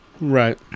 Right